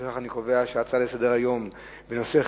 לפיכך אני קובע שההצעה לסדר-היום בנושא: